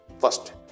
First